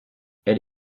elle